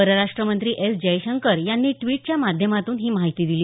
परराष्ट मंत्री एस जयशंकर यांनी ड्वीटच्या माध्यमातून ही माहिती दिली